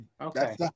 Okay